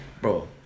Bro